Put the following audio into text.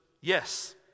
yes